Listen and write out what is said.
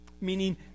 meaning